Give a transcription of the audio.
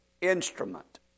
instrument